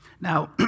Now